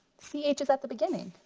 c h is at the beginning.